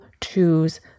choose